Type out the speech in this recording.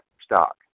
stock